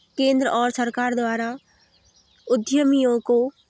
केंद्र और सरकार द्वारा उद्यमियों को